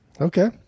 okay